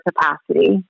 capacity